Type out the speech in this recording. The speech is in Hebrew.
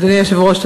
אדוני היושב-ראש,